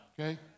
Okay